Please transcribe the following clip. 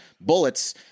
bullets